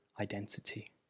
identity